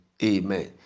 Amen